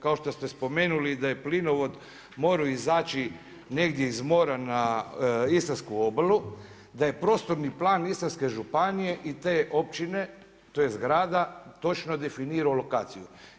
Kao što ste spomenuli da je plinovod morao izaći negdje iz mora na istarsku obalu, da je prostorni plan Istarske županije i te općine, tj. grada točno definirao lokaciju.